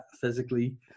physically